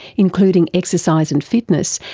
including exercise and fitness,